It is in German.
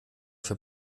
für